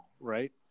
right